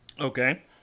Okay